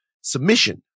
submission